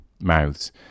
mouths